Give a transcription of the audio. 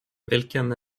vilken